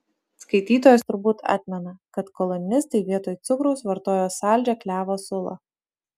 skaitytojas turbūt atmena kad kolonistai vietoj cukraus vartojo saldžią klevo sulą